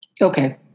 Okay